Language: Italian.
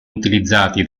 utilizzati